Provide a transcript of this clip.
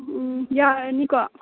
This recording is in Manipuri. ꯌꯥꯔꯅꯤꯀꯣ